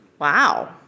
Wow